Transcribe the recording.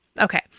Okay